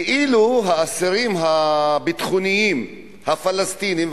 כאילו האסירים הביטחוניים הפלסטינים,